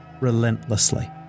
relentlessly